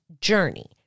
journey